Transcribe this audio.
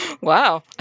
wow